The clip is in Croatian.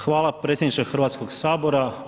Hvala predsjedniče Hrvatskog sabora.